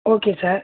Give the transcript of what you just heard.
okay sir